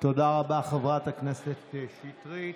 תודה רבה, חברת הכנסת שטרית.